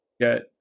get